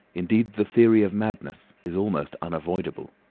indeed the theory of madness is almost unavoidable.